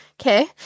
Okay